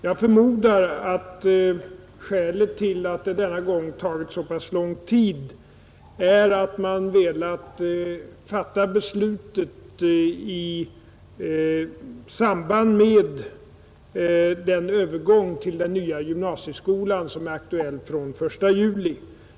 Jag förmodar att skälet till att det denna gång tagit så pass lång tid är att man velat fatta beslutet i samband med den övergång till den nya gymnasieskolan som är aktuell från den 1 juli.